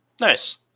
Nice